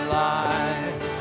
life